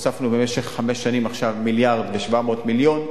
הוספנו במשך חמש שנים עכשיו מיליארד ו-700 מיליון,